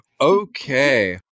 okay